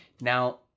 now